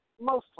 mostly